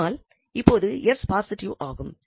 ஆனால் இப்பொழுது 𝑠 பாசிட்டிவ் ஆகும்